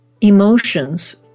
emotions